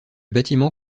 bâtiment